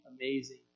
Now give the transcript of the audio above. amazing